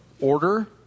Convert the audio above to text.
order